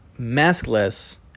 maskless